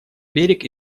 берег